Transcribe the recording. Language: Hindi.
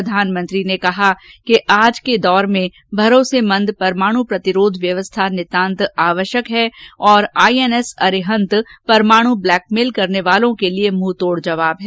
प्रधानमंत्री ने कहा कि आज के दौर में भरोसेमंद परमाणु प्रतिरोध व्यवस्था नितांत आवश्यक है और आईएनएस अरिहन्त परमाणु ब्लैकमेल करने वालों के लिए मुंहतोड़ जवाब है